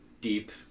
deep